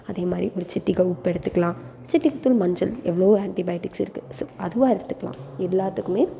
அதே மாதிரி ஒரு சிட்டிகை உப்பெடுத்துக்கலாம் சிட்டிகை தூள் மஞ்சள் எவ்வளவோ ஆன்டிபயாட்டிக்ஸ் இருக்குது ஸோ அதுவா எடுத்துக்கலாம் எல்லாத்துக்குமே